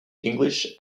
english